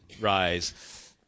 rise